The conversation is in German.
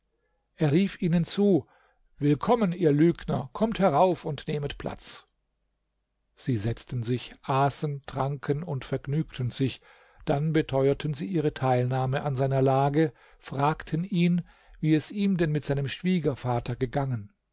er rief ihnen zu willkommen ihr lügner kommt herauf und nehmet platz sie setzten sich aßen tranken und vergnügten sich dann beteuerten sie ihre teilnahme an seiner lage fragten ihn wie es ihm denn mit seinem schwiegervater gegangen